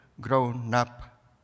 grown-up